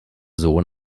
sohn